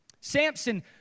Samson